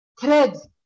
threads